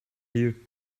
you